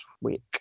week